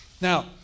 Now